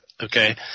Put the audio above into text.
Okay